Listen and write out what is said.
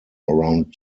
around